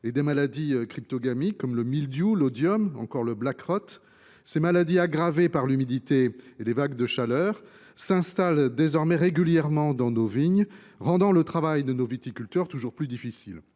ou les maladies cryptogamiques comme le mildiou, l’oïdium ou encore le black rot. Ces maladies, qui sont aggravées par l’humidité et par les vagues de chaleur, s’installent désormais régulièrement dans nos vignes, rendant le travail de nos viticulteurs toujours plus difficile.